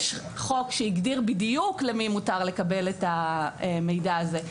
יש חוק שהגדיר בדיוק למי מותר לקבל את המידע הזה.